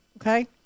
Okay